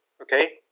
okay